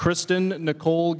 kristen nicole